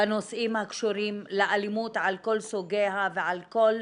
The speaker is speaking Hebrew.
בנושאים הקשורים לאלימות על כל סוגיה ועל כל